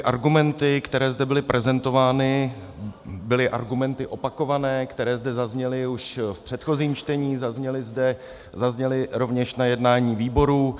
Argumenty, které zde byly prezentovány, byly argumenty opakované, které zde zazněly už v předchozím čtení, zazněly rovněž na jednání výborů.